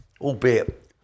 albeit